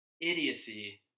idiocy